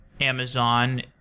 Amazon